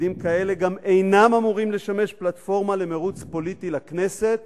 תפקידים כאלה גם אינם אמורים לשמש פלטפורמה למירוץ פוליטי לכנסת